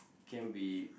can be